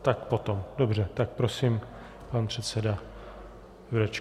Tak potom, dobře, tak prosím pan předseda Jurečka.